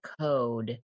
code